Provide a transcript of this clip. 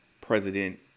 president